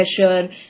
pressure